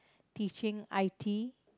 teaching I_T